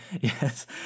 Yes